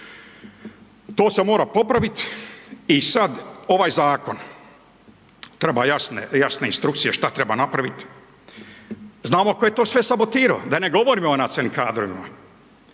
To se mora popravit i sad ovaj zakon treba jasne instrukcije šta treba napravit, znamo tko se sve to sabotiro, da ne govorimo o nacionalnim